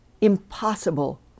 impossible